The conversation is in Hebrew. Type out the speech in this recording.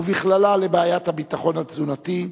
ובכללה לבעיית הביטחון התזונתי,